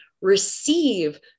receive